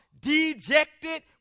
dejected